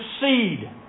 seed